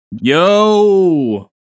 yo